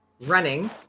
running